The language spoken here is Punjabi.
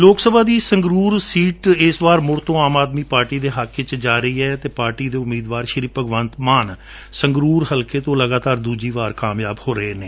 ਲੋਕ ਸਭਾ ਦੀ ਸੰਗਰੂਰ ਸੀਟ ਇਸ ਵਾਰ ਮੁੜ ਤੋਂ ਆਮ ਆਦਮੀ ਪਾਰਟੀ ਦੇ ਹੱਕ ਵਿਚ ਹਾ ਰਹੀ ਏ ਅਤੇ ਪਾਰਟੀ ਦੇ ਉਮੀਦਵਾਰ ਭਗਵੰਤ ਮਾਨ ਸੰਗਰੂਰ ਹਲਕੇ ਤੋ ਲਗਾਤਾਰ ਦੂਜੀ ਵਾਰ ਕਾਮਯਾਬ ਹੋ ਰਹੇ ਨੇ